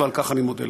ועל כך אני מודה לך.